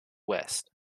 west